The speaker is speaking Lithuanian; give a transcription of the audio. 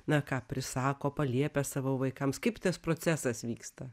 na ką prisako paliepia savo vaikams kaip tas procesas vyksta